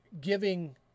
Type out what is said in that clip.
giving